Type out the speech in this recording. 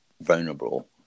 vulnerable